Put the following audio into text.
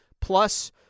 Plus